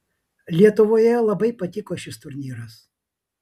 lietuvoje labai patiko šis turnyras